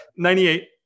98